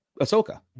Ahsoka